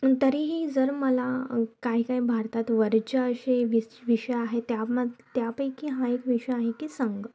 तरीही जर मला काहीकाही भारतात वर्ज्य असे वि विषय आहेत त्याम त्यापैकी हा एक विषय आहे की संग